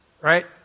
right